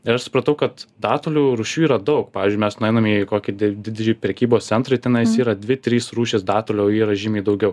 ir aš supratau kad datulių rūšių yra daug pavyzdžiui mes nueiname į kokį di didyjį prekybos centrą ir tenais yra dvi trys rūšys datulių o yra žymiai daugiau